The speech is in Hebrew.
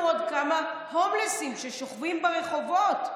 עוד כמה הומלסים ששוכבים ברחובות?